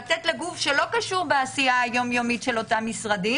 לתת לגוף שלא קשור בעשייה היום יומית של אותם משרדים